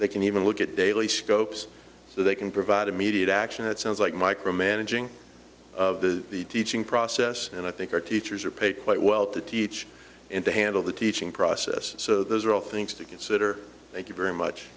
they can even look at daily scopes so they can provide immediate action it sounds like micromanaging of the teaching process and i think our teachers are paid quite well to teach and to handle the teaching process so those are all things to consider thank you very much